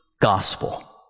gospel